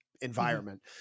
environment